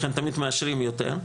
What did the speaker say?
לכן תמיד מאשרים יותר.